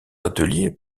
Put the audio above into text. ateliers